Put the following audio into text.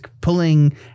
pulling